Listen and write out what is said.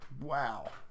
Wow